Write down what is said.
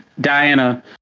Diana